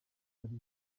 hari